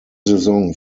saison